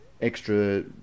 extra